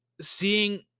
seeing